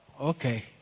Okay